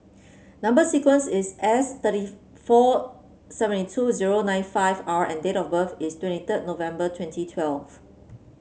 number sequence is S thirty four seventy two zero nine five R and date of birth is twenty third November twenty twelve